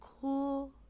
cool